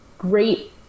great